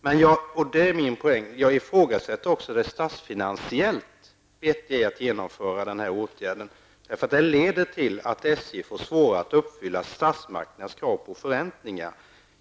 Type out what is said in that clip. Men jag ifrågasätter -- det är min poäng -- att det statsfinansiellt är rätt att genomföra denna åtgärd. Det leder till att SJ får svårt att uppfylla statsmakternas krav på förräntningar.